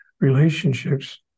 relationships